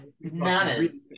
none